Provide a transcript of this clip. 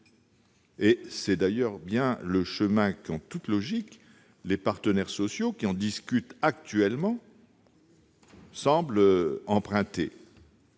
Et c'est bien le chemin que, en toute logique, les partenaires sociaux, qui en discutent actuellement, semblent emprunter.